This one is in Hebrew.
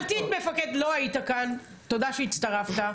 לא היית כאן, תודה שהצטרפת.